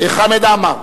אין מתנגדים, אין נמנעים.